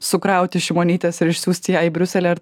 sukrauti šimonytės ir išsiųsti ją į briuselį ar